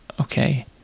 okay